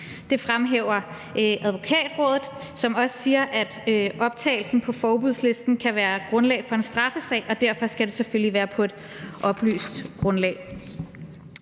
Det fremhæver Advokatrådet, som også siger, at optagelsen på forbudslisten kan være grundlag for en straffesag, og derfor skal det selvfølgelig være på et oplyst grundlag.